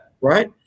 Right